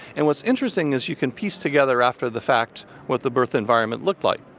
and what's interesting is you can piece together after the fact what the birth environment looked like.